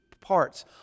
parts